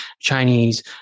Chinese